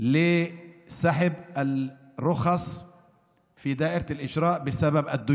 על פי החוק הזה יבוטל באופן סופי עניין שלילת